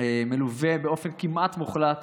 מלווה באופן כמעט מוחלט